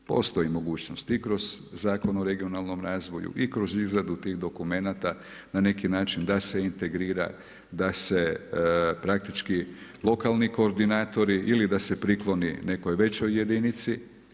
Postoji mogućnost i kroz Zakon o regionalnom razvoju i kroz izradu tih dokumenata na neki način da se integrira, da se praktički lokalni koordinatori ili da se prikloni nekoj većoj jedinici.